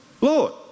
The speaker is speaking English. Lord